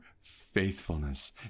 faithfulness